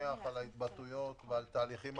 על ההתבטאויות ועל תהליכים אחרים.